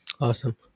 Awesome